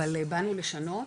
אבל באנו לשנות,